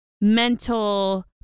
mental